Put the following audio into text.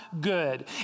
good